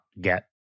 get